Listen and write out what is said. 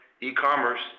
e-commerce